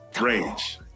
range